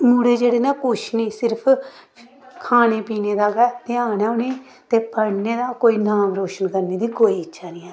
मुड़े जेह्ड़े न कुछ नेईं सिर्फ खाने पीने दा गै ध्यान ऐ उ'नें गी ते पढ़ने दा कोई नाम रोशन करने दी कोई इच्छा नेईं ऐ